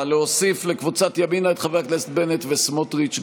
חברי וחברות כנסת חדשים,